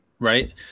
Right